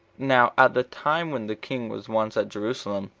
now at the time when the king was once at jerusalem,